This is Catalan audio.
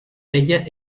feia